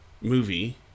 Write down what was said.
movie